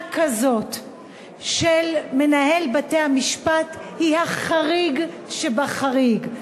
כזאת של מנהל בתי-המשפט היא החריג שבחריג,